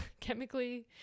chemically